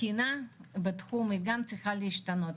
התקינה בתחום היא גם צריכה להשתנות.